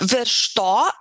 virš to